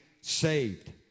saved